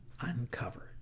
Uncovered